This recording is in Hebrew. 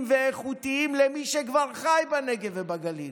ואיכותיים למי שכבר חי בנגב ובגליל.